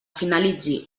finalitzi